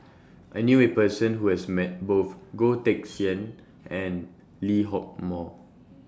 I knew A Person Who has Met Both Goh Teck Sian and Lee Hock Moh